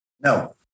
No